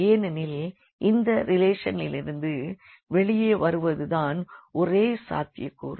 ஏனெனில் இந்த ரிலேஷனிலிருந்து வெளியே வருவது தான் ஒரே சாத்தியக் கூறு